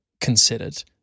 considered